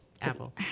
apple